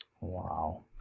Wow